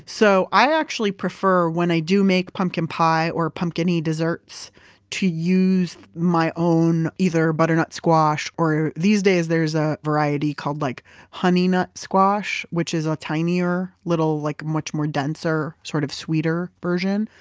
so, i actually prefer when i do make pumpkin pie or pumpkin-y desserts to use my own, either butternut squash, or these days there's a variety called like honeynut squash, which is a tinier, a little like much more denser, sort of sweeter version.